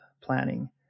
planning